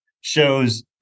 shows